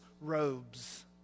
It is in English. robes